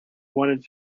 wanted